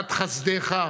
באברת חסדיך,